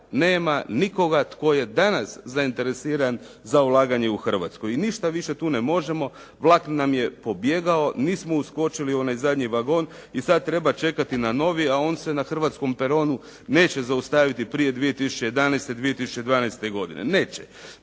nema nikoga tko je danas zainteresiran za ulaganje u Hrvatsku. I ništa više tu ne možemo, vlak nam je pobjegao, nismo uskočili u onaj zadnji vagon i sad treba čekati na novi a on se na hrvatskom peronu neće zaustaviti prije 2011., 2012. godine, neće.